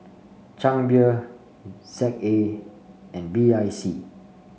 Chang Beer Z A and B I C